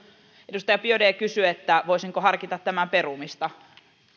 edustaja biaudet kysyi voisinko harkita tämän perumista